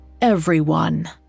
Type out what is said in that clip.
everyone